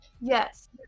Yes